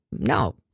no